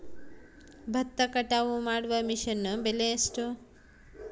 ಭತ್ತ ಕಟಾವು ಮಾಡುವ ಮಿಷನ್ ಬೆಲೆ ಎಷ್ಟು?